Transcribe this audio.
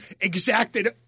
exacted